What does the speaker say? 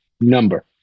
number